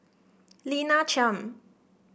Lina Chiam